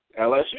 LSU